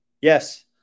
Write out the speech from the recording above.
Yes